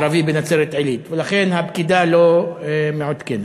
ערבי בנצרת-עילית, ולכן הפקידה לא מעודכנת.